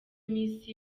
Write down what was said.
miss